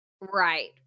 right